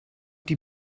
die